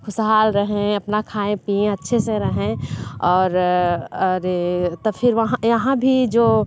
खुशहाल रहें अपना खाएं पिएं अच्छे से रहें और अरे तो फिर वहाँ यहाँ भी जो